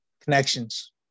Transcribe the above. Connections